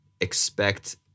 expect